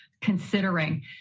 considering